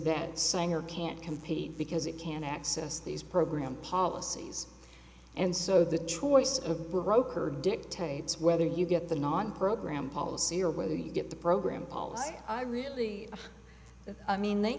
that sanger can't compete because it can't access these programs policies and so the choice of broker dictates whether you get the non program policy or whether you get the program policy i really mean they